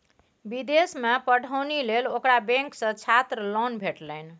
विदेशमे पढ़ौनी लेल ओकरा बैंक सँ छात्र लोन भेटलनि